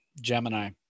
Gemini